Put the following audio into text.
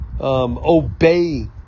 obey